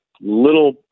Little